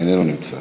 איננו נמצא,